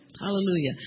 Hallelujah